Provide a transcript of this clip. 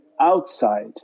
outside